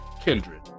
kindred